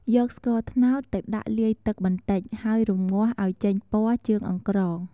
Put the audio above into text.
យកស្ករត្នោត ទៅដាក់លាយទឹកបន្តិច ហើយរំងាស់ ឱ្យចេញពណ៌ ជើងអង្ក្រង។